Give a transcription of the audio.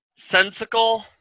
sensical